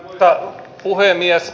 arvoisa puhemies